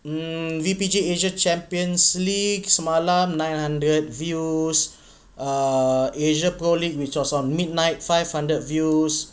mm V_P_G asia champions league semalam nine hundred views err asia pro league which was on midnight five hundred views